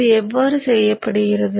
இது எவ்வாறு செய்யப்படுகிறது